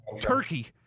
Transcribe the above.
Turkey